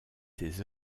des